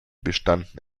bestanden